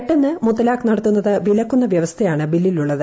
പെട്ടെന്ന് മുത്തലാഖ് നടത്തുന്നത് വിലക്കുന്ന വൃവസ്ഥയാണ് ബില്ലിലുള്ളത്